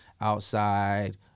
outside